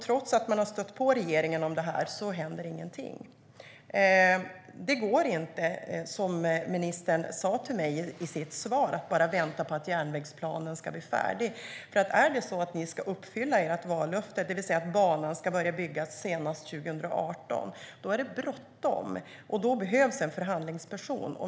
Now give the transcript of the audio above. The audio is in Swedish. Trots att man har stött på regeringen om detta händer inget. Det går inte, som ministern sa till mig i sitt svar, att bara vänta på att järnvägsplanen ska bli färdig. Ska ni uppfylla ert vallöfte, det vill säga att banan ska börja byggas senast 2018, är det bråttom, och då behövs en förhandlingsperson.